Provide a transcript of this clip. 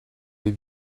have